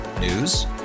News